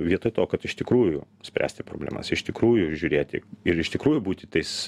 vietoj to kad iš tikrųjų spręsti problemas iš tikrųjų žiūrėti ir iš tikrųjų būti tais